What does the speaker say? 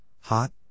hot